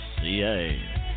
CA